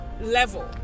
level